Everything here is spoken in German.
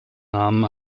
namen